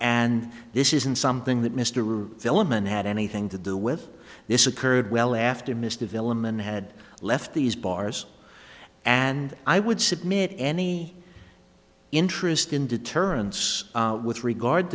and this isn't something that mr wu element had anything to do with this occurred well after miss development had left these bars and i would submit any interest in deterrence with regard